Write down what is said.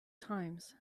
times